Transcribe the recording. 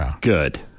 good